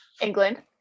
England